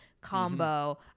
combo